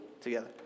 together